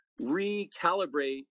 recalibrate